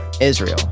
Israel